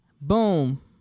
boom